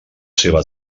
seva